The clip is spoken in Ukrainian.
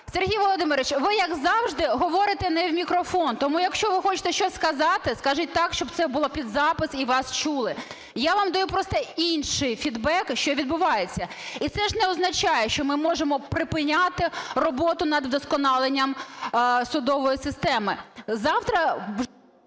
Сергію Володимировичу, ви, як завжди, говорите не в мікрофон. Тому, якщо ви хочете щось сказати, скажіть так, щоб це було під запис і вас чули. Я вам даю просто інший фідбек, що відбувається. І це ж не означає, що ми можемо припиняти роботу над вдосконаленням судової системи. Завтра…